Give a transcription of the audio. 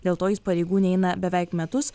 dėl to jis pareigų neina beveik metus